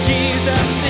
Jesus